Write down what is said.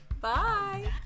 Bye